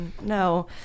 no